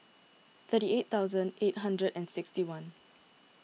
thirty eight thousand eight hundred and sixty one